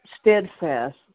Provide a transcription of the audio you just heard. steadfast